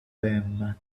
them